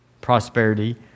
prosperity